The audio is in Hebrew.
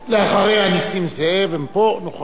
דבאח,